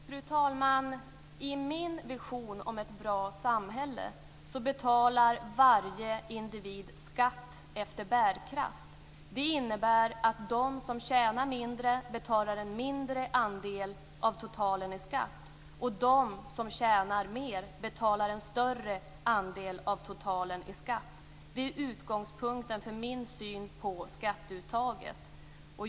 Fru talman! I min vision om ett bra samhälle betalar varje individ skatt efter bärkraft. Det innebär att de som tjänar mindre betalar en mindre andel av totalen i skatt. De som tjänar mer betalar en större andel av totalen i skatt. Det är utgångspunkten för min syn på skatteuttaget.